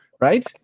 right